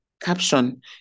Caption